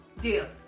Deal